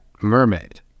mermaid